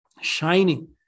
shining